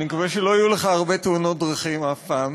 אני מקווה שלא יהיו לך הרבה תאונות דרכים, אף פעם.